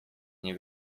nie